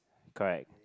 correct